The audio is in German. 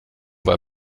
weil